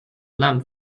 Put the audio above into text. lamp